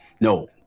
No